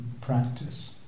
practice